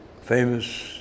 famous